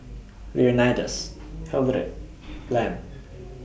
Leonidas Hildred Lem